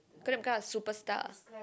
gonna become a superstar